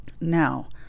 Now